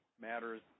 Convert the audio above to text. matters